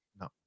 no